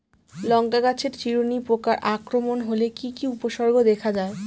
লঙ্কা গাছের চিরুনি পোকার আক্রমণ হলে কি কি উপসর্গ দেখা যায়?